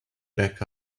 back